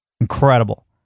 Incredible